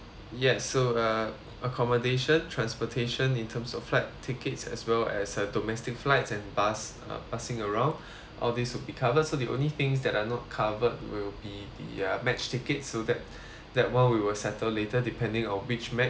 yes so uh accommodation transportation in terms of flight tickets as well as a domestic flights and bus uh passing around all these will be covered so they only things that are not covered will be the uh match tickets so that that [one] we will settled later depending on which match